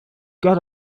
get